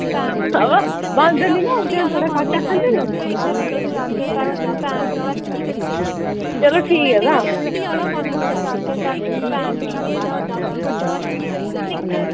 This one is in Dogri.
बंद नना होंदे न थुआढ़े सच्च आक्खा नै नी चलो ठीक ऐ तां